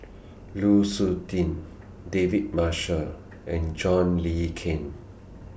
Lu Suitin David Marshall and John Le Cain